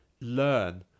learn